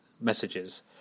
messages